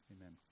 amen